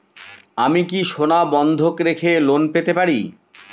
আমি কি সোনা বন্ধক রেখে লোন পেতে পারি?